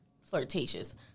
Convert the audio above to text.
flirtatious